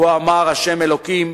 כה אמר השם אלוקים,